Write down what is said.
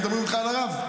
היו מדברים איתך על הרב.